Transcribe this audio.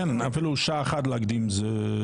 אפילו שעה אחת להקדים זה שווה.